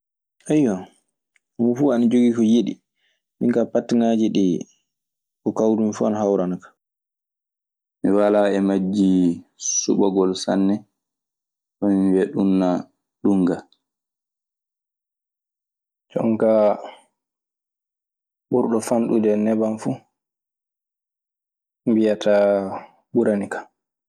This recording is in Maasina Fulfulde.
homo fuu ana jogii ko yiɗi. Min kaa patiŋaaji ɗii, ko kawrumi fuu ana hawrana kan. Mi walaa e majji suɓagol sanne faa mi wiya ɗun naa, ɗun gaa. Jonkaa ɓurɗo fanɗude neban fu, mbiyataa ɓuranikan.